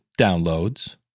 downloads